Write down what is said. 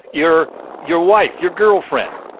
your your wife, your girlfriend,